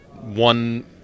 one